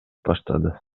баштады